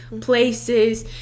places